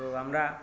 তো আমরা